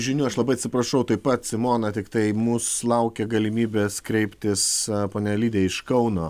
žinių aš labai atsiprašau taip pat simona tiktai į mus laukia galimybės kreiptis ponia lidija iš kauno